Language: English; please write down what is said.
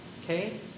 Okay